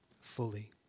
fully